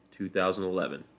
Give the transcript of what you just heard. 2011